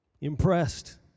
impressed